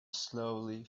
slowly